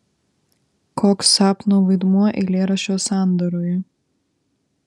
koks sapno vaidmuo eilėraščio sandaroje